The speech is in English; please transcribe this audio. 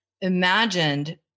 imagined